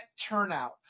turnout